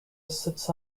sits